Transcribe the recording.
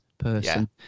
person